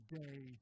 day